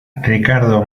ricardo